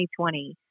2020